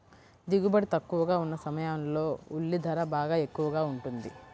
దిగుబడి తక్కువగా ఉన్న సమయాల్లో ఉల్లి ధర బాగా ఎక్కువగా ఉంటుంది